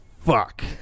Fuck